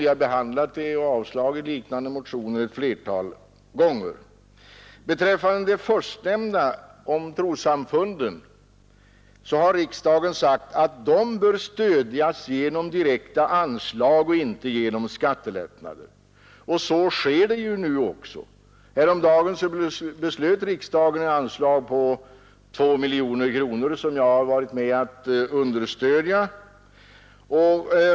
Liknande motioner har behandlats och avslagits flera gånger. Beträffande trossamfunden har riksdagen sagt, att de bör stödjas genom direkta anslag och inte genom skattelättnader. Så sker ju nu också. Häromdagen beslöt riksdagen att anslå 2 miljoner kronor. Jag var med om att understödja det.